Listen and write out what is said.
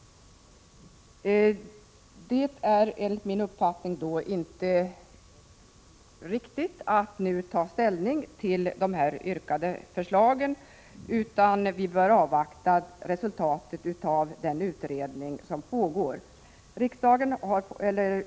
Det är enligt min uppfattning inte riktigt att nu ta ställning till de föreliggande yrkandena, utan vi bör avvakta resultatet av den utredning som pågår.